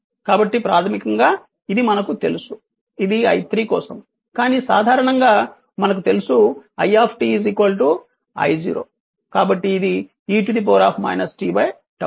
కాబట్టి ప్రాథమికంగా ఇది మనకు తెలుసు ఇది i3 కోసం కానీ సాధారణంగా మనకు తెలుసు i I0 కాబట్టి ఇది e t 𝜏